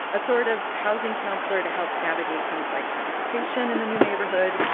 a sort of housing counselor to help navigate things like transportation in the new neighborhood,